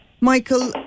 Michael